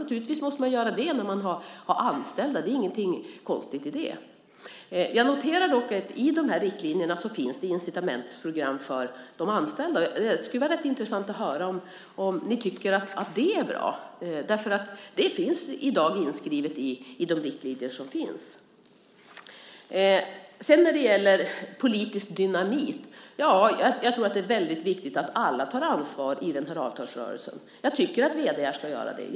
Naturligtvis måste man göra det när man har anställda - det är ingenting konstigt i det. Jag noterar dock att i dessa riktlinjer finns det incitamentsprogram för de anställda, och det skulle vara rätt intressant att höra om ni tycker att det är bra. Det är i dag inskrivet i de riktlinjer som finns. När det gäller politisk dynamit: Ja, jag tror att det är väldigt viktigt att alla tar ansvar inför avtalsrörelsen. Jag tycker att vd:ar ska göra det.